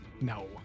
No